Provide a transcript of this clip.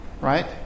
Right